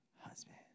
husband